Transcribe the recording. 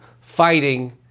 fighting